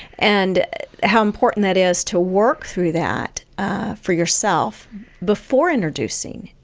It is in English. and how important that is to work through that for yourself before introducing